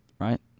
Right